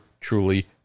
truly